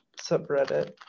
subreddit